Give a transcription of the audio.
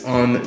on